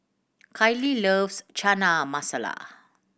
Kiley loves Chana Masala